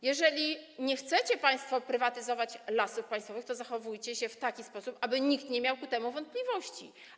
Jeżeli nie chcecie państwo prywatyzować Lasów Państwowych, to zachowujcie się w taki sposób, aby nikt nie miał co do tego wątpliwości.